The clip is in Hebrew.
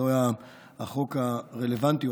זה החוק הרלוונטי,